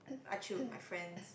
I chill with my friends